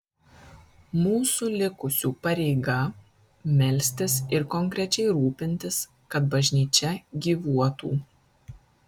mūsų likusių pareiga melstis ir konkrečiai rūpintis kad bažnyčia gyvuotų